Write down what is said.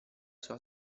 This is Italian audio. sua